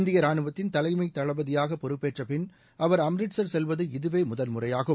இந்திய ரானுவத்தின் தலைமை தளபதியாக பொறுப்பேற்ற பின் அவர் அம்ரிட்சா் செல்வது இதுவே முதல் முறையாகும்